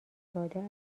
داده